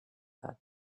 that